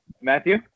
Matthew